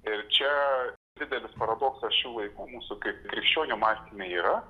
ir čia didelis paradoksas šių laikų mūsų kaip krikščionio mąstyme yra